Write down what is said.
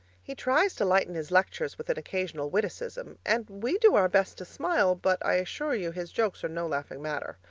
he tries to lighten his lectures with an occasional witticism and we do our best to smile, but i assure you his jokes are no laughing matter.